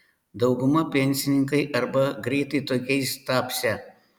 dauguma pensininkai arba greitai tokiais tapsią